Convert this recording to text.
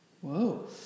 Whoa